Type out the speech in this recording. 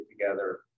together